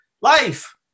life